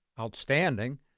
outstanding